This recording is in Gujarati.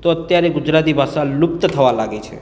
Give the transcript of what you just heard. તો અત્યારે ગુજરાતી ભાષા લુપ્ત થવા લાગી છે